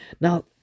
Now